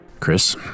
Chris